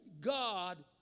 God